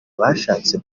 bashatse